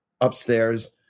upstairs